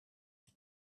yeah